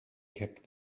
kept